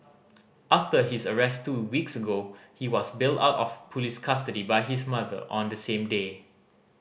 after his arrest two weeks ago he was bailed out of police custody by his mother on the same day